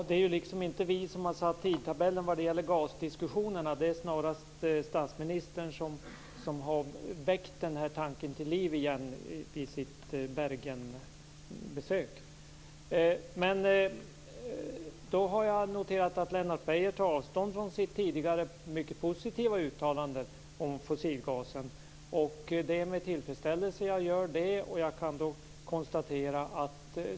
Fru talman! Det är inte vi som har satt tidtabellen vad gäller gasdiskussionerna. Det är snarast statsministern som har väckt den här tanken till liv igen vid sitt besök i Bergen. Jag har noterat att Lennart Beijer tar avstånd från sitt tidigare mycket positiva uttalande om fossilgasen. Det är med tillfredsställelse jag gör det.